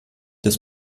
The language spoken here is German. des